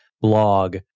blog